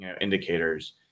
indicators